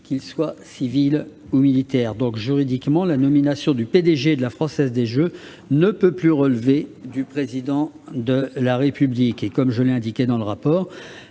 qu'ils soient civils ou militaires. Juridiquement, la nomination du P-DG d'une telle structure ne peut donc plus relever du Président de la République. Comme je l'ai indiqué dans le rapport,